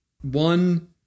one